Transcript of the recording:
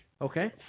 Okay